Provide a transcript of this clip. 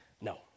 No